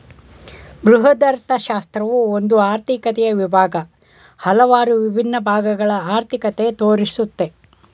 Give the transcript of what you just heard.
ಬೃಹದರ್ಥಶಾಸ್ತ್ರವು ಒಂದು ಆರ್ಥಿಕತೆಯ ವಿಭಾಗ, ಹಲವಾರು ವಿಭಿನ್ನ ಭಾಗಗಳ ಅರ್ಥಿಕತೆ ತೋರಿಸುತ್ತೆ